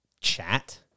chat